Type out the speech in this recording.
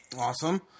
awesome